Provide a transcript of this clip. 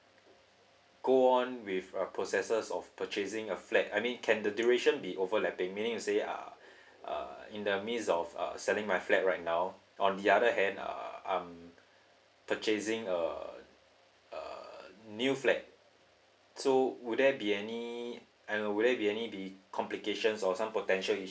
go on with a processes of purchasing a flat I mean can the duration be overlapping meaning to say uh uh in the means of uh selling my flat right now on the other hand uh I'm purchasing a a uh new flat so will there be any uh would there be any the complications or some potential issue